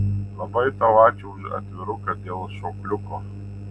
labai tau ačiū už atviruką dėl šokliuko